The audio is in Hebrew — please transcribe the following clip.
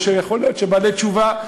או שיכול להיות שבעלי תשובה,